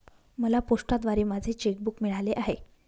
मला पोस्टाद्वारे माझे चेक बूक मिळाले आहे